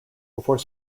before